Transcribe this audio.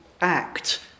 act